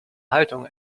haltung